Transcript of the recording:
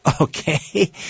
Okay